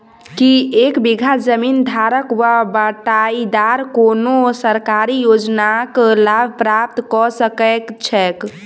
की एक बीघा जमीन धारक वा बटाईदार कोनों सरकारी योजनाक लाभ प्राप्त कऽ सकैत छैक?